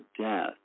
death